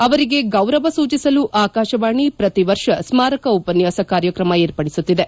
ಅವರಿಗೆ ಗೌರವ ಸೂಚಿಸಲು ಆಕಾಶವಾಣಿ ಪ್ರತಿ ವರ್ಷ ಸ್ನಾರಕ ಉಪನ್ನಾಸ ಕಾರ್ಯಕ್ರಮ ಏರ್ಪಡಿಸುತ್ತಿದೆ